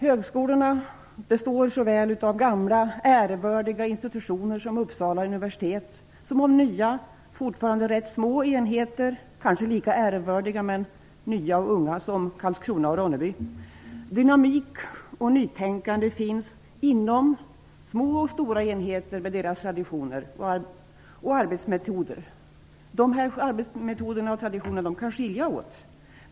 Högskolorna består såväl av gamla ärevördiga institutioner som Uppsala universitet som av nya, fortfarande rätt små, enheter - kanske lika ärevördiga, men nya och unga - som Karlskrona/Ronneby. Dynamik och nytänkande finns inom små och stora enheter med deras traditioner och arbetsmetoder. De här arbetsmetoderna och traditionerna kan skilja sig från varandra.